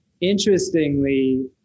Interestingly